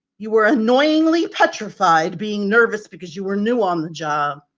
you were annoyingly petrified, being nervous because you were new on the job.